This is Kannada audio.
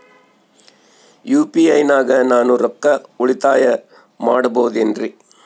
ಯು.ಪಿ.ಐ ನಾಗ ನಾನು ರೊಕ್ಕ ಉಳಿತಾಯ ಮಾಡಬಹುದೇನ್ರಿ?